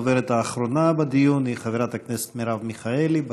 הדוברת האחרונה בדיון היא חברת הכנסת מרב מיכאלי.